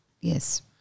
Yes